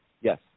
Yes